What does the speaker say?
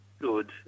good